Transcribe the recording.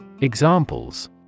Examples